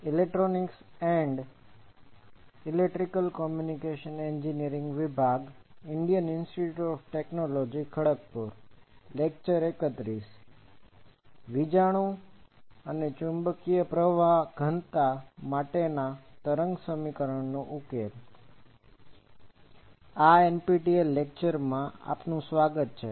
આ NPTEL લેક્ચરમાં આપનું સ્વાગત છે